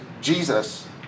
Jesus